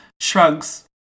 shrugs